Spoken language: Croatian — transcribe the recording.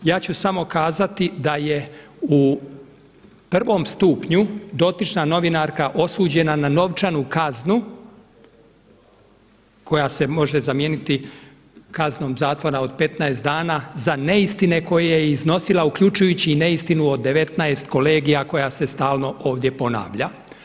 Ja ću samo kazati da je u prvom stupnju dotična novinarka osuđena na novčanu kaznu koja se može zamijeniti kaznom zatvora od 15 dana za neistine koje je iznosila uključujući i neistinu o 19 kolegija koja se stalno ovdje ponavlja.